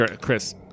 Chris